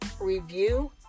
review